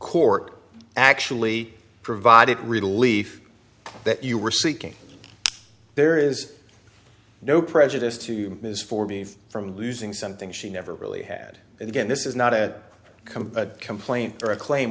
court actually provided relief that you were seeking there is no prejudice to you is for me from losing something she never really had and again this is not a come a complain